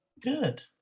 Good